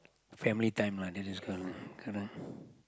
family time lah this is good good ah